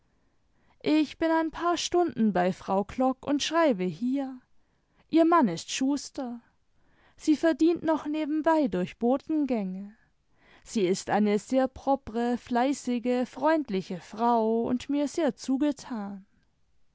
ich bin ein paar stunden bei frau klock und schreibe hier ihr mann ist schuster sie verdient noch nebenbei durch botengänge sie ist eine sehr propre fleißige freundliche frau und mir sehr zugetan